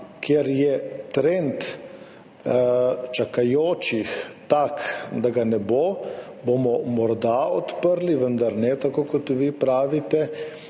kjer je trend čakajočih tak, da ga ne bo, bomo morda odprli, vendar ne tako, kot vi pravite,